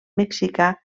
mexicà